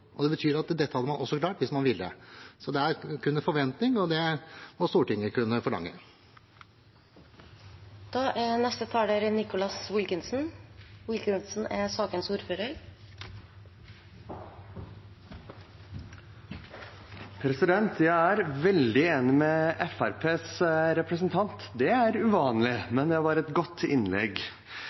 og det betyr at man hadde klart dette også hvis man ville. Det er kun en forventning, og det må Stortinget kunne forlange. Jeg er veldig enig med Fremskrittspartiets representant – det er uvanlig, men det var et godt innlegg.